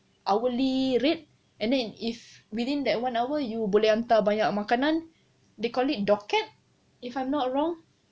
hourly rate and then if within that one hour you boleh hantar banyak makanan they call it docket if I'm not wrong